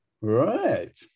Right